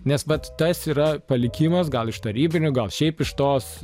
nes vat tas yra palikimas gal iš tarybinių gal šiaip iš tos